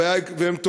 והם טובים,